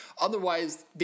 Otherwise